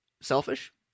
selfish